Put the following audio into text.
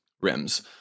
rims